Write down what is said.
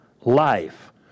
life